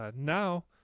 now